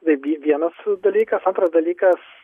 tai vi vienas dalykas antras dalykas